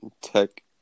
tech